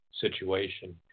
situation